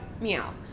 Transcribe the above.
Meow